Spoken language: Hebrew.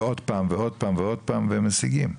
ועוד פעם ועוד פעם ועוד פעם, והם משיגים.